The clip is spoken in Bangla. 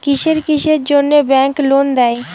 কিসের কিসের জন্যে ব্যাংক লোন দেয়?